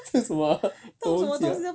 是什么啊我忘记了